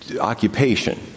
occupation